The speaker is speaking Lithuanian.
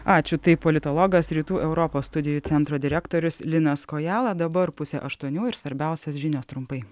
ačiū tai politologas rytų europos studijų centro direktorius linas kojala dabar pusė aštuonių ir svarbiausios žinios trumpai